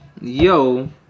yo